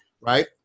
right